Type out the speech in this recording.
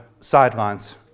sidelines